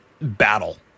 battle